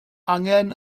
angen